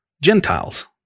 Gentiles